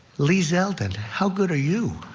lee zeldin, how good are you?